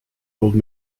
old